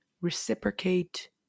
reciprocate